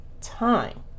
time